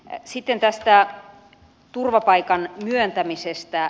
sitten tästä turvapaikan myöntämisestä